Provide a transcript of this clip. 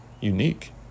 unique